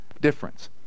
difference